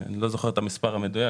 אני לא זוכר את המספר המדויק.